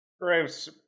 Graves